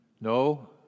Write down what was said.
No